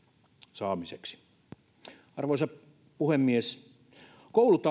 saamiseksi arvoisa puhemies koulut